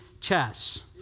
chess